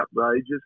outrageous